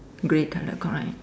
grey colour correct